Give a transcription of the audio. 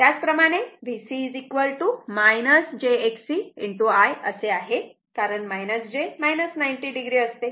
त्याचप्रमाणे VC j Xc I असे आहे कारण j 90 o असते